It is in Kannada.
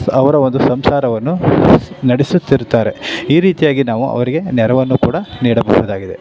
ಅವರ ಒಂದು ಸಂಸಾರವನ್ನು ನಡೆಸುತ್ತಿರ್ತಾರೆ ಈ ರೀತಿಯಾಗಿ ನಾವು ಅವರಿಗೆ ನೆರವನ್ನು ಕೂಡ ನೀಡಬಹುದಾಗಿದೆ